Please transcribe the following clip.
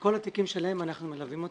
כל התיקים שלהם אנחנו מלווים אותם,